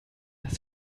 dass